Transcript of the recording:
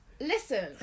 Listen